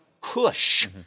Cush